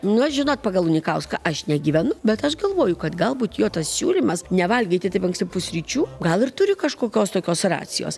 nu žinot pagal unikauską aš negyvenu bet aš galvoju kad galbūt jo tas siūlymas nevalgyti taip anksti pusryčių gal ir turi kažkokios tokios racijos